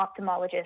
ophthalmologist